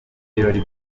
ibirori